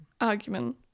argument